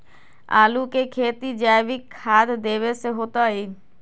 आलु के खेती जैविक खाध देवे से होतई?